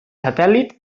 satèl·lit